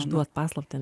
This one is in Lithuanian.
išduot paslaptį